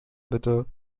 bitte